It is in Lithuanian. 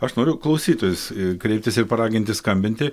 aš noriu klausytojus kreiptis ir paraginti skambinti